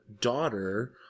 daughter